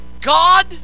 God